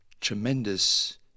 tremendous